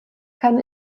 kann